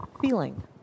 feeling